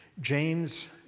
James